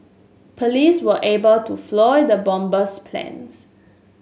police were able to foil the bomber's plans